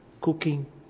cooking